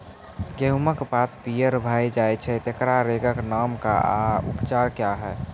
गेहूँमक पात पीअर भअ जायत छै, तेकरा रोगऽक नाम आ उपचार क्या है?